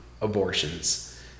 abortions